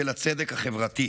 של הצדק החברתי.